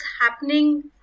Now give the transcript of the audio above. happening